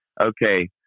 okay